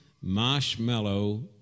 marshmallow